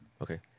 Okay